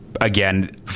again